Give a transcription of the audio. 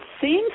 seems